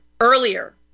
earlier